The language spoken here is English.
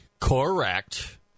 correct